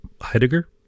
Heidegger